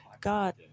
God